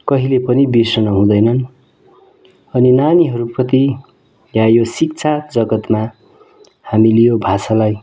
कहिले पनि बिर्सनु हुँदैनन् अनि नानीहरूप्रति या यो शिक्षा जगत्मा हामीले यो भाषालाई